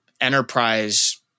enterprise